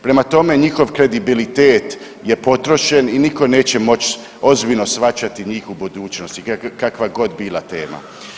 Prema tome, njihov kredibilitet je potrošen i nitko neće moći ozbiljno shvaćati njih u budućnosti, kakva god bila tema.